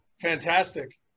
fantastic